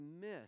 miss